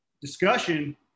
discussion